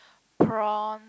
prawn